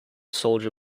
soldier